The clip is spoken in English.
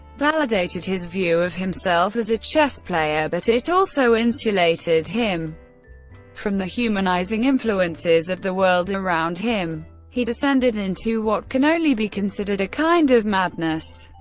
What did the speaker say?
validated his view of himself as a chess player, but it also insulated him from the humanizing influences of the world around him. he descended into what can only be considered a kind of madness.